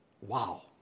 Wow